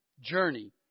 journey